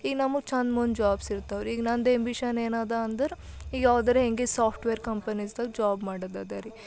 ಈಗ ನಮಗೆ ಛಂದ್ ಮುಂದೆ ಜಾಬ್ಸ್ ಸಿಗ್ತಾವ್ರಿ ಈಗ ನಂದು ಆ್ಯಂಬಿಷನ್ ಏನದ ಅಂದರೆ ಈಗ ಯಾವ್ದರೆ ಹಿಂಗೆ ಸಾಫ್ಟ್ವೇರ್ ಕಂಪೆನೀಸಲ್ಲಿ ಜಾಬ್ ಮಾಡೋದದ ರೀ